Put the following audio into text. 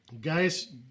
guys